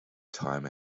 time